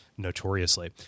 notoriously